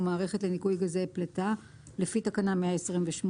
מערכת לניקוי גזי פליטה לפי תקנה 128,